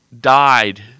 died